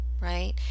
right